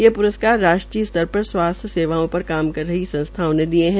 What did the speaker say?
ये पुरस्कार राष्ट्रीय स्तर पर स्वासथ्य सेवाओं पर काम कर रही संस्थाओं ने दिये है